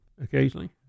occasionally